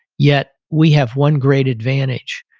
yet, we have one great advantage.